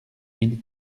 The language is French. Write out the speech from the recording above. mille